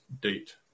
date